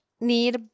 need